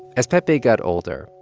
as pepe got older,